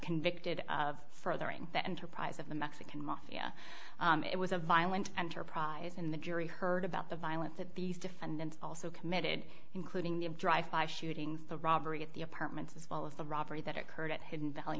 convicted of furthering the enterprise of the mexican mafia it was a violent enterprise in the jury heard about the violence that these defendants also committed including the drive by shootings the robbery at the apartments as well as the robbery that occurred at hidden valley